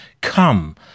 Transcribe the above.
Come